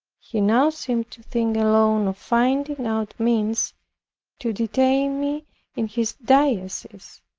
he now seemed to think alone of finding out means to detain me in his diocese.